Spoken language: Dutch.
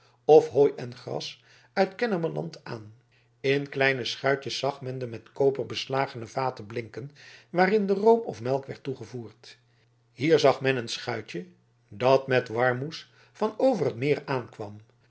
of hooi en gras uit kennemerland aan in kleinere schuitjes zag men de met koper beslagene vaten blinken waarin de room of melk werd toegevoerd hier zag men een schuitje dat met warmoes van over het meer aankwam